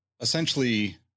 Essentially